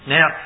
Now